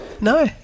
No